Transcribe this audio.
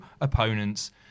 opponents